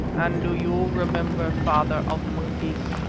and do you remember, father of monkeys,